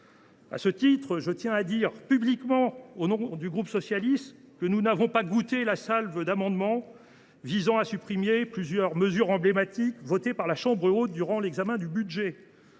À ce titre, je tiens à dire publiquement que le groupe socialiste n’a pas goûté la salve d’amendements visant à supprimer plusieurs mesures emblématiques adoptées par la Haute Assemblée durant l’examen du budget.